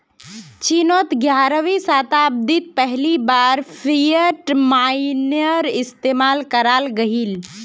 चिनोत ग्यारहवीं शाताब्दित पहली बार फ़िएट मोनेय्र इस्तेमाल कराल गहिल